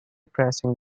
pressing